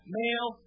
male